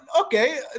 okay